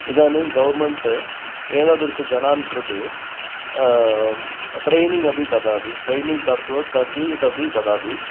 इदानीं गौर्मेन्ट् एतादृशजनान् कृते ट्रैनिङ्ग् अपि ददाति ट्रैनिङ्ग् दत्वा चर्ट्विकेट् अपि ददाति